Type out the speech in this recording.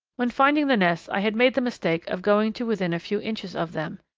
when finding the nests i had made the mistake of going to within a few inches of them.